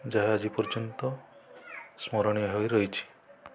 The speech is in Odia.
ଯାହା ଆଜି ପର୍ଯ୍ୟନ୍ତ ସ୍ମରଣୀୟ ହୋଇ ରହିଛି